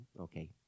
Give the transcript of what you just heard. Okay